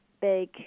big